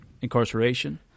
incarceration